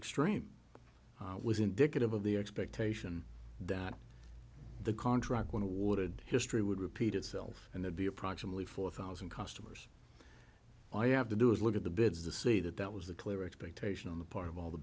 extreme was indicative of the expectation that the contract when awarded history would repeat itself and there'd be approximately four thousand customers i have to do is look at the bids to say that that was a clear expectation on the part of all the